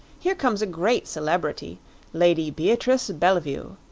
here comes a great celebrity lady beatrice bellevue.